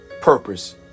purpose